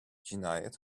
cinayet